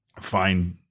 find